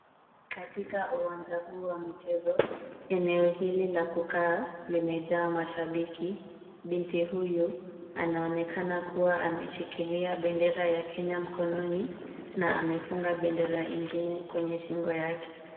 Katika uwanja huu wa michezo, eneo hili la kukaa limejaa mashabiki, binti huyu anaonekana kuwa ameshikilia bendera ya Kenya mkononi na amefunga bendera ingine kwenye shingo yake.